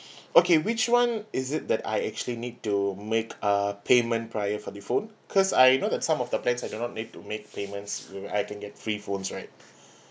okay which one is it that I actually need to make uh payment prior for the phone cause I know that some of the plans I do not need to make payments where I can get free phones right